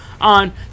on